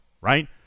right